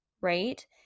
right